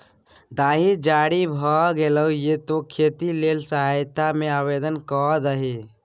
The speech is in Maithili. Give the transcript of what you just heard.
दाही जारी भए गेलौ ये तें खेती लेल सहायता मे आवदेन कए दही